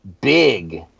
big